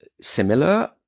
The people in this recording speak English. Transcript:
similar